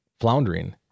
floundering